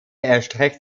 erstreckt